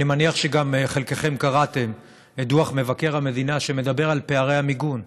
אני מניח שחלקכם גם קראתם את דוח מבקר המדינה שמדבר על פערי המיגון.